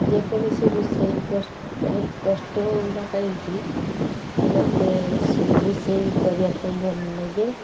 ଯେ କୌଣସି ରୋଷେଇ ମାନେ କଷ୍ଟ ହଉନା କାହିଁକି ମୋତେ ରୋଷେଇ କରିବା ପାଇଁ ଭଲ ଲାଗେ